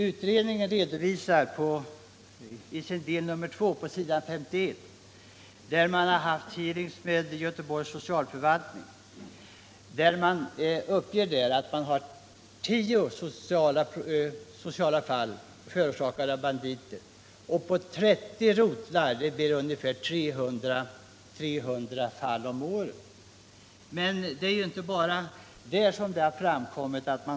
Utredningen redovisar att hearings hållits med Göteborgs socialförvaltning och att det där uppgivits att tio socialfall per rotel och år förorsakas av enarmade banditer. På 30 rotlar blir det ungefär 300 fall om året. Men det är inte bara där som problem har framkommit.